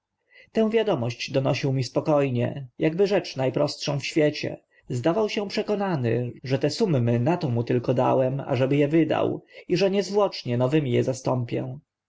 tę wiadomość donosił mi spoko nie akby rzecz na prostszą w świecie zdawał się przekonany że te sumy na to mu tylko dałem ażeby e wydał i że niezwłocznie nowymi e zastąpię